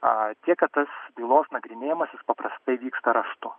a tiek kad tas bylos nagrinėjimas jis paprastai vyksta raštu